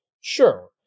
Sure